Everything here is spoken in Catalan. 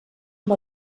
amb